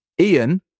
Ian